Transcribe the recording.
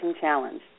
Challenge